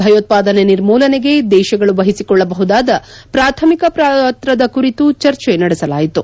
ಭಯೋತ್ವಾದನೆ ನಿರ್ಮೂಲನೆಗೆ ದೇಶಗಳು ವಹಿಸಿಕೊಳ್ಟಬಹುದಾದ ಪ್ರಾಥಮಿಕ ಪಾತ್ರದ ಕುರಿತು ಚರ್ಚೆ ನಡೆಸಲಾಯಿತು